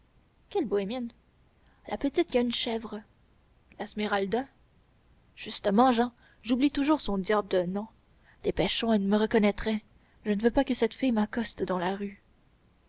quelle bohémienne la petite qui a une chèvre la smeralda justement jehan j'oublie toujours son diable de nom dépêchons elle me reconnaîtrait je ne veux pas que cette fille m'accoste dans la rue